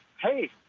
Hey